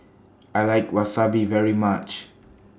I like Wasabi very much